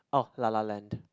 oh La La Land